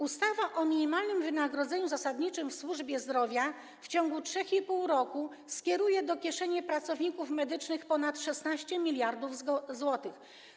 Ustawa o minimalnym wynagrodzeniu zasadniczym w służbie zdrowia w ciągu 3,5 roku skieruje do kieszeni pracowników medycznych ponad 16 mld zł.